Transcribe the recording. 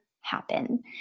happen